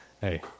Hey